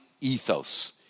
ethos